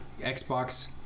Xbox